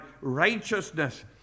righteousness